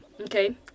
Okay